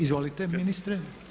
Izvolite ministre.